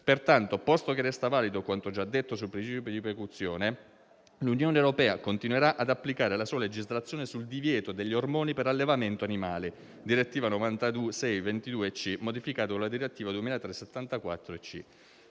Pertanto, posto che resta valido quanto già detto sul principio di precauzione, l'Unione europea continuerà ad applicare la sua legislazione sul divieto degli ormoni per allevamento animale, secondo quanto previsto dalla direttiva